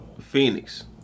Phoenix